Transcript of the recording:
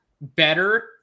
better